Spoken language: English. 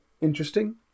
interesting